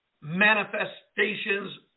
manifestations